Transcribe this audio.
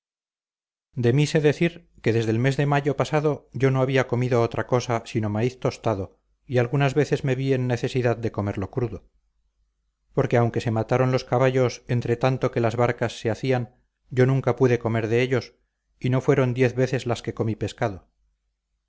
de mí sé decir que desde el mes de mayo pasado yo no había comido otra cosa sino maíz tostado y algunas veces me vi en necesidad de comerlo crudo porque aunque se mataron los caballos entretanto que las barcas se hacían yo nunca pude comer de ellos y no fueron diez veces las que comí pescado